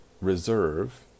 reserve